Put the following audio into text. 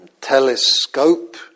telescope